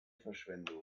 verschwendung